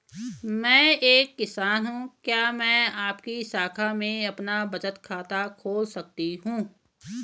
मैं एक किसान हूँ क्या मैं आपकी शाखा में अपना बचत खाता खोल सकती हूँ?